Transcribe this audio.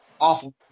awful